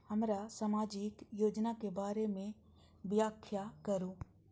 हमरा सामाजिक योजना के बारे में व्याख्या करु?